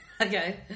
Okay